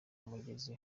mugezi